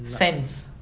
sense